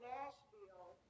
Nashville